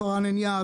פארן-עין יהב,